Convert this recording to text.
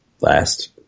Last